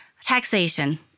taxation